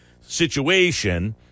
situation